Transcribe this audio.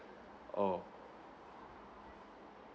oh